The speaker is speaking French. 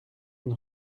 une